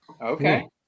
Okay